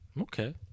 Okay